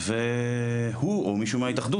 והוא או מישהו מההתאחדות,